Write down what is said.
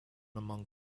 among